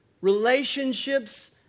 relationships